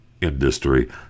industry